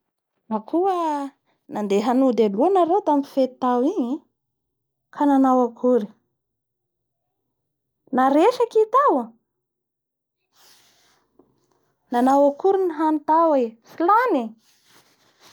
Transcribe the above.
da matetiky mandeha any hanreo impiry isambola nareo ro mandeha andafy agny?